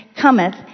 cometh